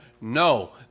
No